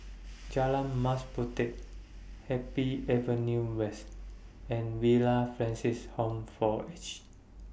Jalan Mas Puteh Happy Avenue West and Villa Francis Home For Aged